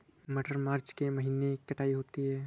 मटर मार्च के महीने कटाई होती है?